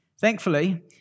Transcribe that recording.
Thankfully